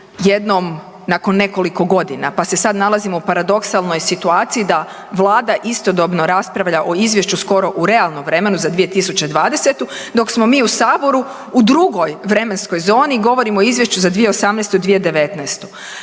jednom nakon nekoliko godina, pa se sad nalazimo u paradoksalnoj situaciji da vlada istodobno raspravlja o izvješću skoro u realnom vremenu za 2020., dok smo mi u saboru u drugoj vremenskoj zoni i govorimo o izvješću za 2018. i 2019.